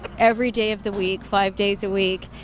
every day of the week five days a week,